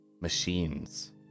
machines